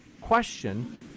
Question